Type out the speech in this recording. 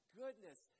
goodness